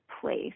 place